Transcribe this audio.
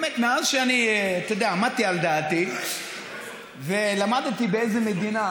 מאז שאני עמדתי על דעתי ולמדתי באיזו מדינה,